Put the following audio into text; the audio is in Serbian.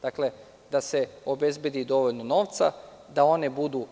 Dakle, da se obezbedi dovoljno novca da one budu…